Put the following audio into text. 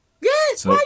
yes